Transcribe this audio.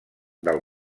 del